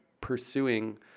pursuing